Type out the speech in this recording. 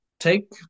take